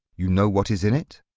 you know what is in it?